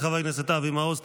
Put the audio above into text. תודה לחבר הכנסת אבי מעוז.